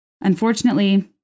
Unfortunately